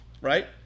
right